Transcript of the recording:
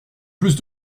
plus